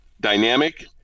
dynamic